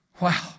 Wow